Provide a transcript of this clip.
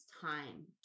time